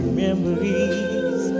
memories